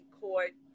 court